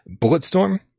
Bulletstorm